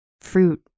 fruit